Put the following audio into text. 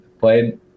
played